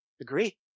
Agree